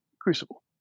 Crucible